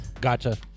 gotcha